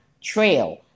trail